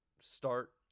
start